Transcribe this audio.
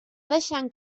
deixant